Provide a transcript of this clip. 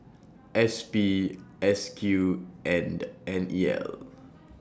S P S Q and N E L